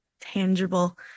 tangible